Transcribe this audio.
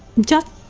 just.